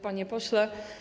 Panie Pośle!